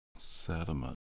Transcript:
Sediment